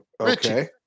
Okay